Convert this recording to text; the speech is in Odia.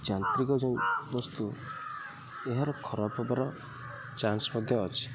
ଯାନ୍ତ୍ରିକ ଯେଉଁ ବସ୍ତୁ ଏହାର ଖରାପ ହେବାର ଚାନ୍ସ ମଧ୍ୟ ଅଛି